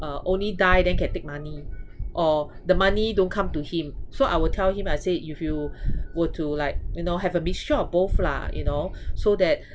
uh only die then can take money or the money don't come to him so I will tell him I say if you were to like you know have a mixture of both lah you know so that